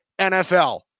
NFL